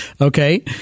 Okay